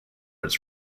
its